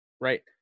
right